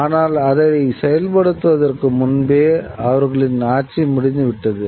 ஆனால் அதை செயல்படுத்துவதற்கு முன்பே அவர்களின் ஆட்சி முடிந்துவிட்டது